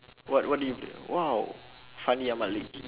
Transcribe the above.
what what do you play ah !wow! fandi-ahmad leh